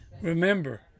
Remember